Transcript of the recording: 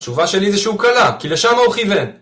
התשובה שלי זה שהוא קלע, כי לשם הוא כיוון